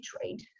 trade